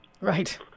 Right